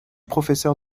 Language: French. professeur